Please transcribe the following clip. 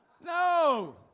No